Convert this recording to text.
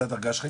זה הדרגה שלך,